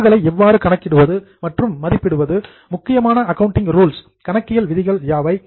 சரக்குகளை எவ்வாறு கணக்கிடுவது மற்றும் மதிப்பிடுவது முக்கியமான அக்கவுண்டிங் ரூல்ஸ் கணக்கியல் விதிகள் யாவை